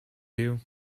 you